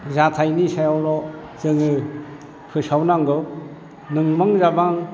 जाथायनि सायावल' जोङो फोसावनांगौ नंबां जाबां